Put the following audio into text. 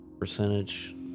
percentage